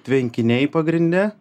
tvenkiniai pagrinde